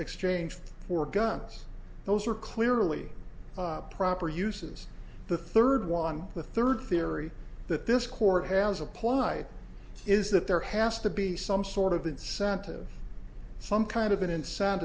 exchanged for guns those are clearly proper uses the third one the third theory that this court has applied is that there has to be some sort of incentive some kind of an in